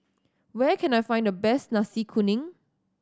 where can I find the best Nasi Kuning